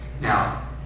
Now